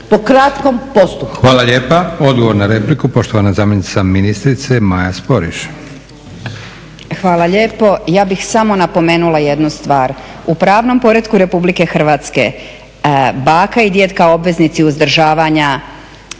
po krakom postupku.